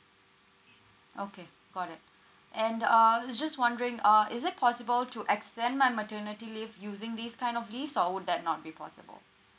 okay got it and uh I was just wondering uh is it possible to extend my maternity leave using this kind of leaves or would that not be possible